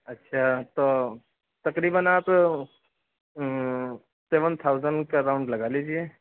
اچھا تو تقریباً آپ سیون تھاؤزینڈ کے اراؤنڈ لگا لیجیے